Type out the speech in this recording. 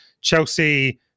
Chelsea